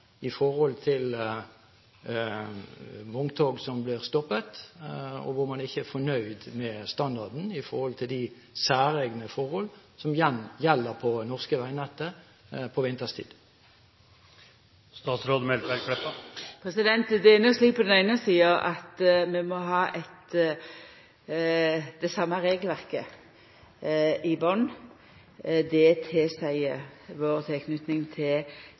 i forhold til de særegne forhold som gjelder på det norske veinettet på vinterstid? Det er slik at på den eine sida må vi ha det same regelverket i botn – det tilseier vår tilknyting til